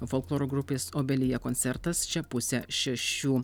folkloro grupės obelija koncertas čia pusę šešių